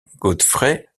godfrey